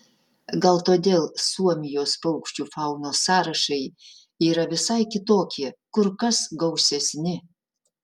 gal todėl suomijos paukščių faunos sąrašai yra visai kitokie kur kas gausesni